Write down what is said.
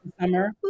summer